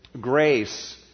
Grace